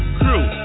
crew